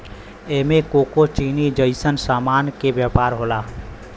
एमे कोको चीनी जइसन सामान के व्यापार होला